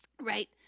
Right